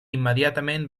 immediatament